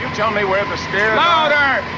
tell me where the stairs are? louder!